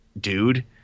dude